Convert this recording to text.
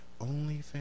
OnlyFans